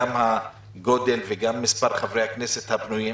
גם הגודל וגם מספר חברי הכנסת הפנויים,